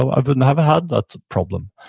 i wouldn't have had that problem.